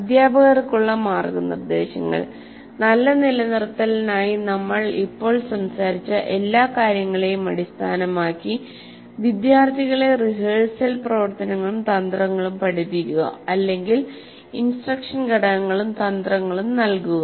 അധ്യാപകർക്കുള്ള മാർഗ്ഗനിർദ്ദേശങ്ങൾ നല്ല നിലനിർത്തലിനായി നമ്മൾ ഇപ്പോൾ സംസാരിച്ച എല്ലാ കാര്യങ്ങളെയും അടിസ്ഥാനമാക്കി വിദ്യാർത്ഥികളെ റിഹേഴ്സൽ പ്രവർത്തനങ്ങളും തന്ത്രങ്ങളും പഠിപ്പിക്കുക അല്ലെങ്കിൽ ഇൻസ്ട്രക്ഷൻ ഘടകങ്ങളും തന്ത്രങ്ങളും നൽകുക